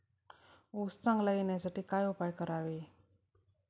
ऊस चांगला येण्यासाठी काय उपाय करावे?